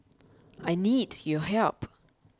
I need your help